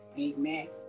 Amen